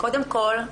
קודם כול,